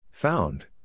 Found